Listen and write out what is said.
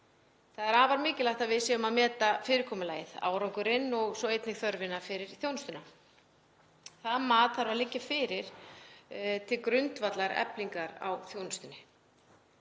Það er afar mikilvægt að við séum að meta fyrirkomulagið, árangurinn og svo einnig þörfina fyrir þjónustuna. Það mat þarf að liggja fyrir til grundvallar eflingar á þjónustunni.